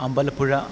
Ambalappuzha